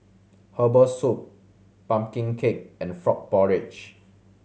herbal soup pumpkin cake and frog porridge